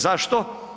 Zašto?